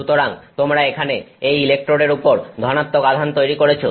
সুতরাং তোমরা এখানে এই ইলেকট্রোডের উপর ধনাত্মক আধান তৈরি করেছো